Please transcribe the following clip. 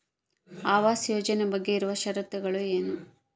ಆವಾಸ್ ಯೋಜನೆ ಬಗ್ಗೆ ಇರುವ ಶರತ್ತುಗಳು ಏನು?